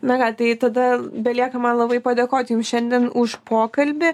na ką tai tada belieka man labai padėkot jums šiandien už pokalbį